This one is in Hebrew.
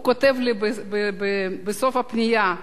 כותב בסוף הפנייה: